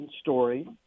story